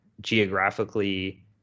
geographically